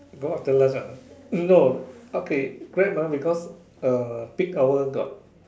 go after lunch ah no okay Grab mah because uh peak hour got